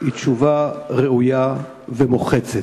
היא תשובה ראויה ומוחצת.